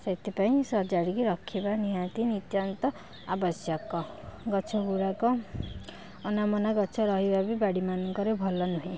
ସେଥିପାଇଁ ସଜାଡ଼ି କି ରଖିବା ନିହାତି ନିତ୍ୟାନ୍ତ ଆବଶ୍ୟକ ଗଛ ଗୁରାକ ଅନାବନା ଗଛ ରହିବା ବି ବାଡ଼ି ମାନଙ୍କରେ ଭଲ ନୁହେଁ